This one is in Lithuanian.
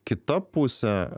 kita pusė